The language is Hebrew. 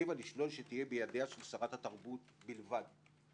שתהיה בידי שרת התרבות בלבד.